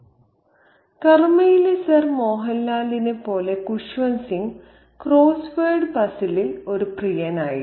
'കർമ'യിലെ sir മോഹൻലാലിനെപ്പോലെ Khushwant Singh crossword പസിലിൽ ഒരു പ്രിയനായിരുന്നു